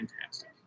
fantastic